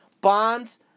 Bonds